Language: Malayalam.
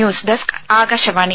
news desk Akashvani